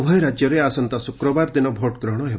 ଉଭୟ ରାଜ୍ୟରେ ଆସନ୍ତା ଶୁକ୍ରବାର ଦିନ ଭୋଟଗ୍ରହଣ ହେବ